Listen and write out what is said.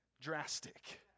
drastic